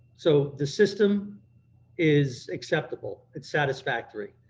so the system is acceptable, it's satisfactory,